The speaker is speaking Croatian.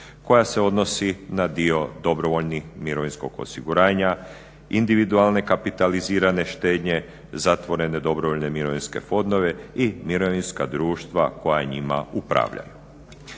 koja se odnosi na dio dobrovoljnog mirovinskog osiguranja, individualne kapitalizirane štednje, zatvorene dobrovoljne mirovinske fondove i mirovinska društva koja njima upravljaju.